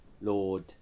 Lord